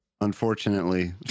unfortunately